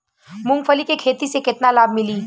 मूँगफली के खेती से केतना लाभ मिली?